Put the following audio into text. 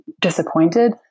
disappointed